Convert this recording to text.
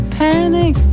panic